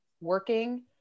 working